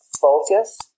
focus